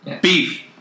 Beef